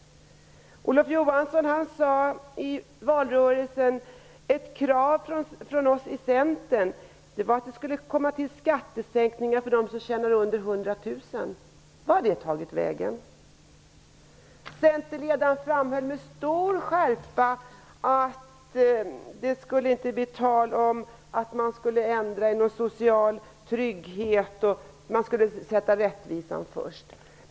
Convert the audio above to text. Olof Johansson sade i valrörelsen att ett krav från Centern var att det skulle införas skattesänkningar för dem som tjänar under 100 000 kr. Vart har det tagit vägen? Centerledaren framhöll med stor skärpa att det inte skulle bli tal om att ändra i social trygghet. Man skulle sätta rättvisan främst.